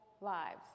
lives